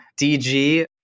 DG